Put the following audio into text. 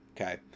okay